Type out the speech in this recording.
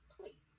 Please